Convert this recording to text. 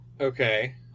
Okay